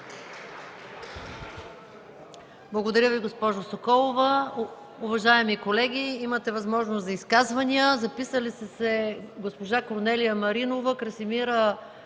Благодаря, госпожо Соколова. Уважаеми колеги, имате възможност за изказвания. Записали са се госпожа Корнелия Маринова, Красимира